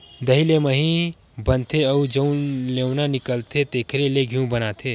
दही ले मही बनथे अउ जउन लेवना निकलथे तेखरे ले घींव बनाथे